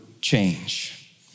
change